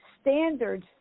standards